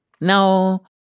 Now